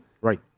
right